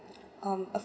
um